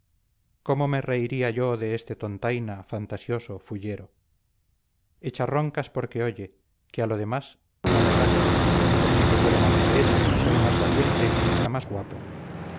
cómo me reiría yo de este tontaina fantasioso fullero echa roncas porque oye que a lo demás no me gana porque yo puedo más que él y soy más valiente y hasta más guapo